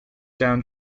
down